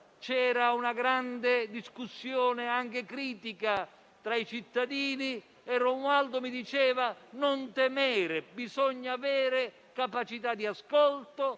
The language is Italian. e una grande discussione, anche critica, tra i cittadini. Romualdo mi diceva di non temere, che bisognava avere capacità di ascolto